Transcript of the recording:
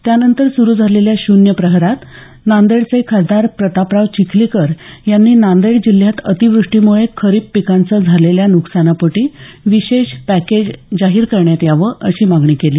त्यानंतर सुरू झालेल्या शून्य प्रहरात नांदेडचे खासदार प्रतापराव चिखलीकर यांनी नांदेड जिल्ह्यात अतिवृष्टीमुळे खरीप पिकांचं झालेल्या नुकसानीपोटी विशेष पॅकेज जाहीर करण्यात यावं अशी मागणी केली